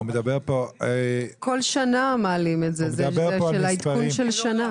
כל שנה מעלים את זה, זה עדכון של שנה.